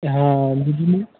हँ बिजली